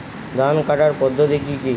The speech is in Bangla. ধান কাটার পদ্ধতি কি কি?